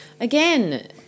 Again